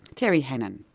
terry hannon.